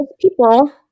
people